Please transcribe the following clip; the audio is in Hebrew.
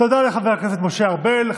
תודה לחבר הכנסת משה ארבל.